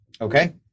Okay